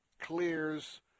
clears